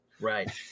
Right